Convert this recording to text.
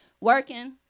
working